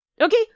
Okay